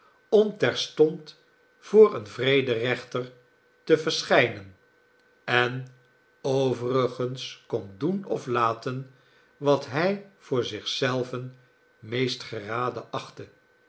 om terstond voor een vrederechter te verschijnen en overigens kon doen of laten wat hij voor zich zelven meest geraden achtte